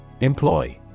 Employ